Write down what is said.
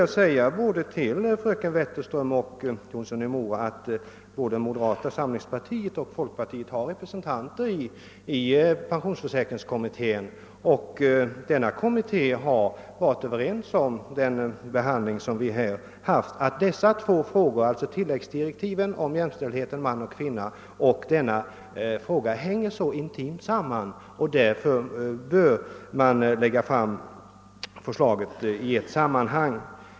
Jag vill också säga till både fröken Wetterström och herr Jonsson i Mora att både moderata samlingspartiet och folkpartiet har representanter i pensionsförsäkringskommittén där man varit överens om att de här två frågorna — alltså tilläggsdirektiven om jämställdhet mellan man och kvinna och övergångsänkornas situation — hänger så intimt samman att förslag bör läggas fram i ett sammanhang.